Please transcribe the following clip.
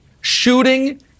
Shooting